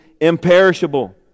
imperishable